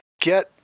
get